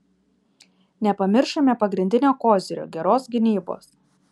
nepamiršome pagrindinio kozirio geros gynybos